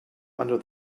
under